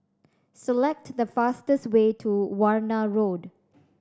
select the fastest way to Warna Road